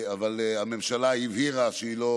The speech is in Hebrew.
אבל הממשלה הבהירה שהיא לא